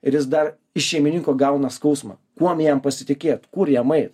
ir jis dar iš šeimininko gauna skausmą kuom jam pasitikėt kur jam eit